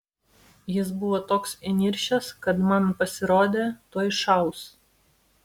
jis buvo toks įniršęs kad man pasirodė tuoj šaus